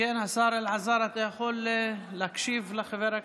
כן, השר אלעזר, אתה יכול להקשיב לחבר הכנסת?